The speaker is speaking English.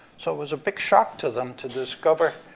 so it was a big shock to them to discover